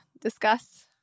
discuss